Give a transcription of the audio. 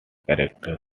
characters